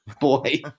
boy